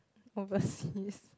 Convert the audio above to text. overseas